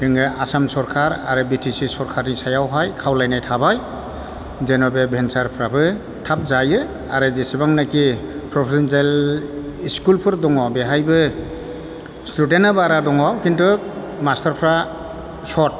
जोङो आसाम सरखार आरो बि टि सि सरखारनि सायाव खावलायनाय थाबाय जेन' बे भेनचारफ्राबो थाब जायो आरो जिसिबांनाखि प्रभिनसियेल इस्कुलफोर दङ बेहायबो स्टुडेन्टआ बारा दङ खिन्थु मास्टारफ्रा सर्ट